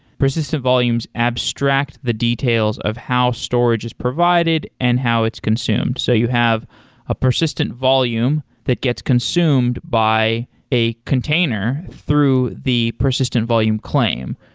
persistent volumes abstract the details of how storage is provided and how it's consumed. so you have a persistent volume that gets consumed by a container through the persistent volume claim.